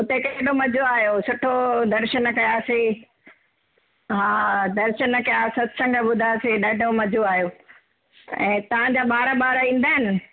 उते केॾो मज़ो आहियो सुठो दर्शन कयासीं हा दर्शन कया सत्संग ॿुधासीं ॾाढो मज़ो आयो ऐं तव्हां जा ॿार ॿार ईंदा आहिनि